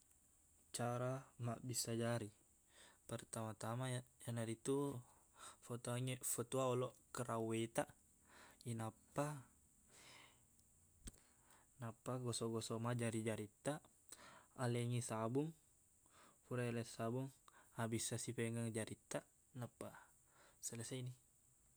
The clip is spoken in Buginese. Cara mabbissa jari pertama-tama iya- iyanaritu fotongi- fotuo oloq kran waetaq inappa nappa gosok-gosokmua jari-jarittaq alengngi sabung fura yaleng sabung fabissasi femeng jarittaq nappa selesaini